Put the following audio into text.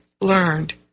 learned